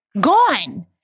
gone